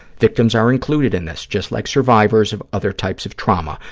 victims are included in this, just like survivors of other types of trauma.